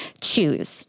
choose